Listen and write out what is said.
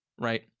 Right